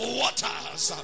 waters